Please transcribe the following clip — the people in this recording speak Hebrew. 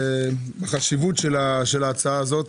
להתחיל, קודם כל, בחשיבות של ההצעה הזו.